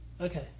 Okay